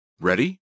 Ready